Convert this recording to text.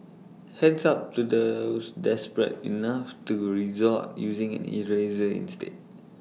hands up to those desperate enough to resort using an eraser instead